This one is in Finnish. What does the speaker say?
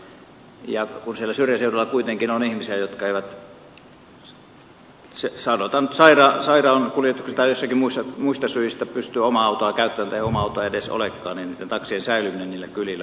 kun siellä syrjäseudulla kuitenkin on ihmisiä jotka eivät sanotaan nyt sairaankuljetuksista tai joistakin muista syistä pysty omaa autoa käyttämään tai omaa autoa edes olekaan niin näitten taksien säilyminen niillä kylillä on kyllä todella tärkeää